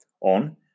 on